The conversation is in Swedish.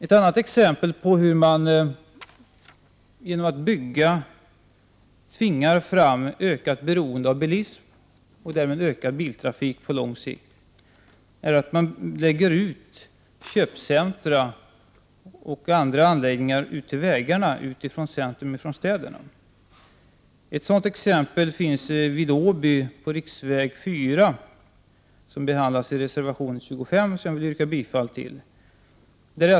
Ett annat exempel på hur man genom att bygga tvingar fram ökat beroende av bilism, och därmed ökad biltrafik på lång sikt, är att man förlägger köpcentra och andra anläggningar vid vägarna och inte i centra i städerna. Ett sådant exempel finns vid Åby, vid riksväg 4. Detta behandlas i reservation 25, som jag vill yrka bifall till.